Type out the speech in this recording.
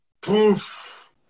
Poof